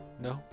No